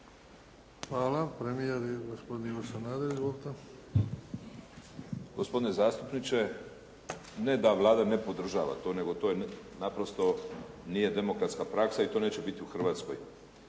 Hvala. Premijer, gospodin Ivo Sanader. Izvolite. **Sanader, Ivo (HDZ)** Gospodine zastupniče, ne da Vlada ne podržava to nego to naprosto nije demokratska praksa i to neće biti u Hrvatskoj.